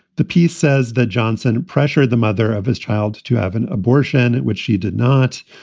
the piece says that johnson pressured the mother of his child to have an abortion, which she did not.